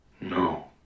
no